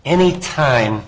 any time